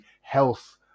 health